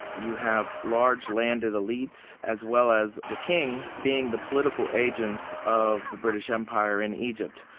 you have large landed elites as well as the king being the political agents of the british empire in egypt.